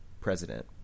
president